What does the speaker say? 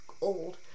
old